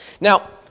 Now